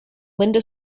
linda